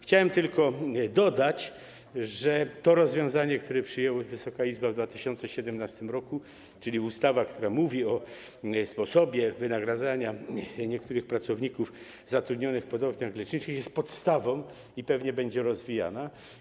Chciałem tylko dodać, że to rozwiązanie, które przyjęła Wysoka Izba w 2017 r., czyli ustawa, która mówi o sposobie wynagradzania niektórych pracowników zatrudnionych w podmiotach leczniczych, jest podstawą i pewnie będzie rozwijana.